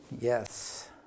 yes